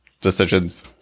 decisions